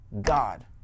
God